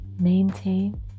maintain